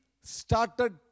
started